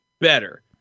better